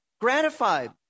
gratified